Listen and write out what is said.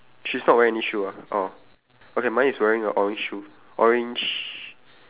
she's not wearing any shoe ah orh okay mine is wearing a orange shoe orange